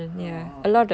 oh oh